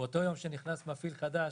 באותו יום שנכנס מפעיל חדש,